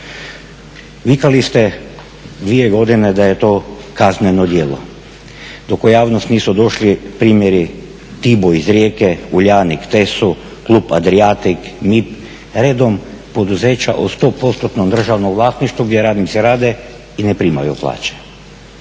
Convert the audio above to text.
Vikali ste dvije godine da je to kazneno djelo dok u javnost nisu došli primjeri TIBO iz Rijeke, Uljanik TESU, Club Adriatic, MID redom poduzeća u 100%-nom državnom vlasništvu gdje radnici rade i ne primaju plaće.